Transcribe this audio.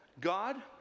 God